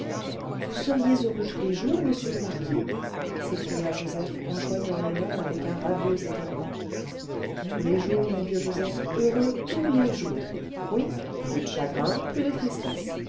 vous seriez heureux tous les jours monsieur le marquis s'écria joseph en joignant les mains avec un radieux étonnement tous les jours mon vieux joseph heureux tous les jours oui plus de chagrins plus de tristesse